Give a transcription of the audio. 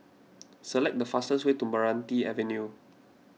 select the fastest way to Meranti Avenue